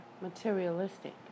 materialistic